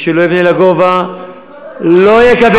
מי שלא יבנה לגובה לא יקבל אישור.